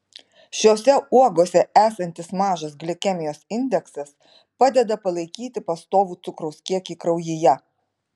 šiose uogose esantis mažas glikemijos indeksas padeda palaikyti pastovų cukraus kiekį kraujyje